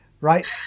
Right